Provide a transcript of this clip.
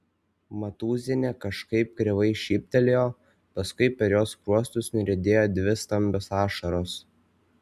matūzienė kažkaip kreivai šyptelėjo paskui per jos skruostus nuriedėjo dvi stambios ašaros